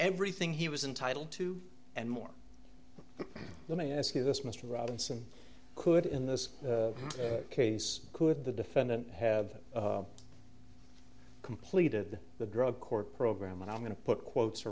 everything he was entitled to and more let me ask you this mr robinson could in this case could the defendant have completed the drug court program and i'm going to put quotes